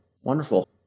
Wonderful